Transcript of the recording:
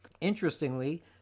Interestingly